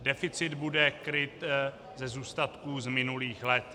Deficit bude kryt ze zůstatků z minulých let.